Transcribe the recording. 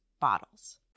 bottles